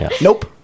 Nope